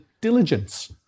diligence